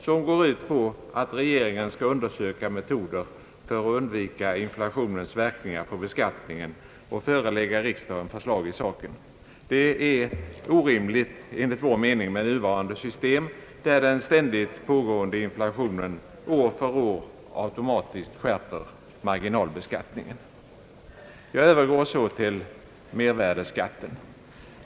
Den går ut på att regeringen skall finna metoder för att undvika inflationens verkningar på beskattningen och förelägga riksdagen förslag i saken. Det är enligt vår mening orimligt med nuvarande system, där den ständigt pågående inflationen år för år automatiskt skärper marginalbeskattningen. Jag övergår så till mervärdeskatten.